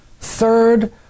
Third